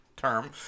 Term